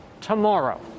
tomorrow